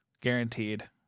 Guaranteed